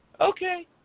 Okay